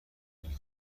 میگی